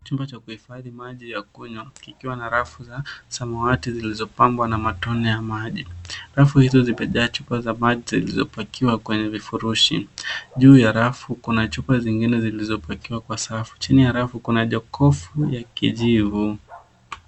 Chumba cha kuhifadhi maji ya kunywa, kikiwa na rafu za samawati zilizopambwa na matone ya maji. Rafu hizo zimejaa chupa za maji zilizopakiwa kwenye vifurushi. Juu ya rafu kuna chupa zingine zilizopakiwa kwa safu. Chini ya rafu kuna jokofu ya kijivu.